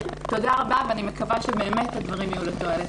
תודה רבה, ואני מקווה שבאמת הדברים יהיו לתועלת.